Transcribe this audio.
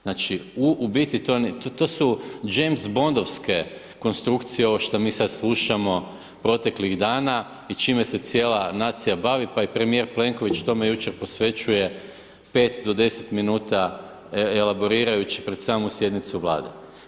Znači u biti to, to su James Bondovske konstrukcije koje ovo što mi sad slušamo proteklih dana i čime se cijela nacija bavi pa i premijer Plenković tome jučer posvećuje 5-10 minuta elaborirajući pred samu sjednicu Vlade.